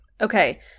Okay